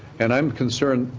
and i'm concerned.